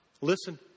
Listen